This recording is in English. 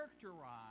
characterize